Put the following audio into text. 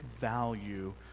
value